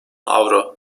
avro